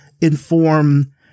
inform